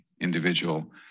individual